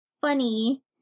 funny